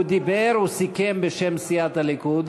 הוא דיבר, הוא סיכם בשם סיעת הליכוד.